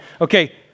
Okay